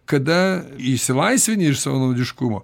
kada išsilaisvini iš savanaudiškumo